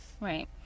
Right